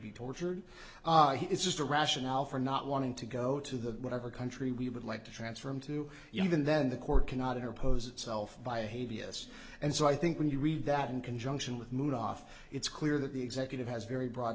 be tortured it's just a rationale for not wanting to go to the whatever country we would like to transfer him to even then the court cannot impose itself by hevia us and so i think when you read that in conjunction with moved off it's clear that the executive has very broad